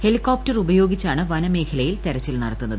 helicopter ഉപയോഗിച്ചാണ് വനമേഖലയിൽ തെരച്ചിൽ നടത്തുന്നത്